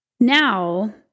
Now